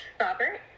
Robert